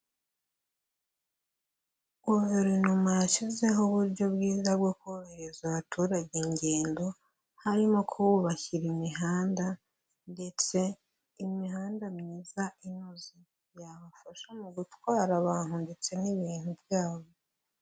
Guverinoma yashyizeho uburyo bwiza bwo korohereza abaturage ingendo, harimo kubukira imihanda ndetse imihanda myiza inoze yabafasha mu gutwara abantu ndetse n'ibintu byabo.